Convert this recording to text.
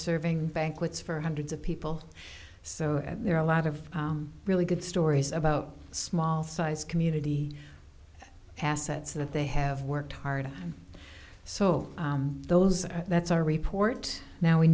serving banquets for hundreds of people so there are a lot of really good stories about small size community assets that they have worked hard so those and that's our report now we